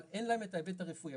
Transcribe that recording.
אבל אין להם את ההיבט הרפואי.